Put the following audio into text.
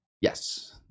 Yes